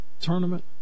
tournament